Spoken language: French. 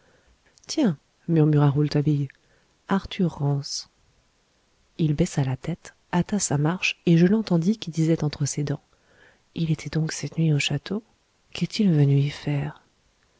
tiens murmura rouletabille arthur rance il baissa la tête hâta sa marche et je l'entendis qui disait entre ses dents il était donc cette nuit au château qu'est-il venu y faire